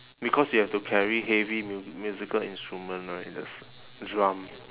because you have to carry heavy mu~ musical instrument right there's drum